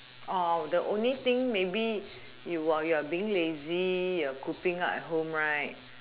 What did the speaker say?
oh the only thing maybe you are you are being lazy you are cooping up at home right